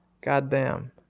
Goddamn